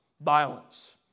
Violence